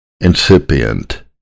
Incipient